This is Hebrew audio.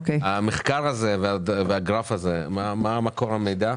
המחקר הזה והגרף הזה, מה מקור המידע.